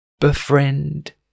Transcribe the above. Befriend